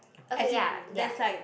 okay ya ya